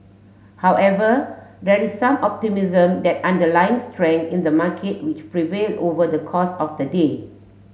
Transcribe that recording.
however there is some optimism that underlying strength in the market which prevail over the course of the day